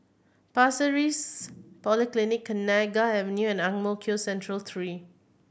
Pasir Ris Polyclinic Kenanga Avenue and Ang Mo Kio Central Three